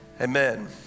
Amen